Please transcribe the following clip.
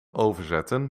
overzetten